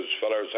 fellas